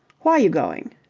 why you going?